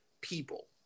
people